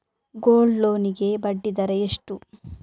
Gold loan ಗೆ ಬಡ್ಡಿ ದರ ಎಷ್ಟು?